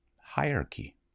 hierarchy